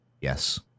Yes